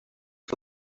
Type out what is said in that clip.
que